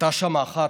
הייתה שם אחת,